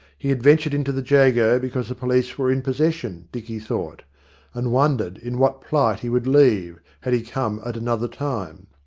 he had ventured into the jago because the police were in possession, dicky thought and wondered in what plight he would leave, had he come at another time.